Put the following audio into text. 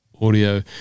audio